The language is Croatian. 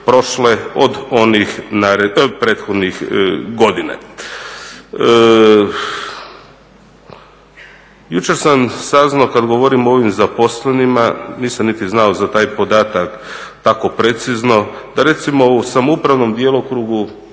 od onih prethodnih godina. Jučer sam saznao, kad govorimo o ovim zaposlenima, nisam niti znao za taj podatak tako precizno da recimo u samoupravnom djelokrugu